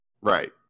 Right